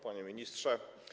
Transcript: Panie Ministrze!